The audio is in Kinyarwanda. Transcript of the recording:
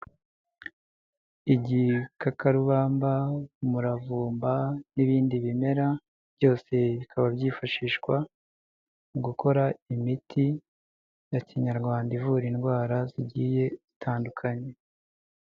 Igikakarubamba, umuravumba, n'ibindi bimera, byose bikaba byifashishwa mu gukora imiti ya kinyarwanda ivura indwara zigiye itandukanye.